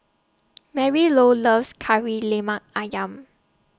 Marylou loves Kari Lemak Ayam